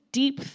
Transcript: deep